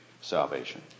salvation